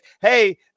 hey